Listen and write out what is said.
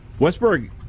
Westberg